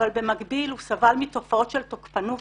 אבל במקביל הוא סבל מתופעות של תוקפנות